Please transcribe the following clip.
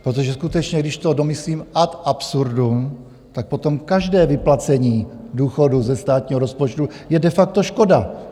Protože skutečně když to domyslím ad absurdum, tak potom každé vyplacení důchodu ze státního rozpočtu je de facto škoda.